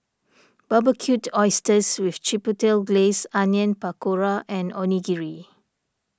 Barbecued Oysters with Chipotle Glaze Onion Pakora and Onigiri